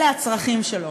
אלה הצרכים שלו.